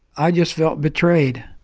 i just felt betrayed,